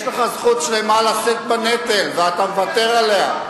יש לך זכות שלמה לשאת בנטל ואתה מוותר עליה.